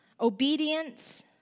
obedience